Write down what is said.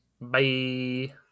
Bye